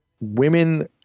women